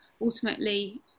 ultimately